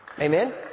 Amen